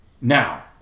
Now